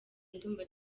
ndumva